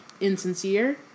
insincere